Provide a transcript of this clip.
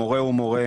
מורה הוא מורה,